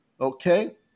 okay